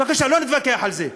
בבקשה, לא נתווכח על זה.